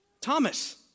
Thomas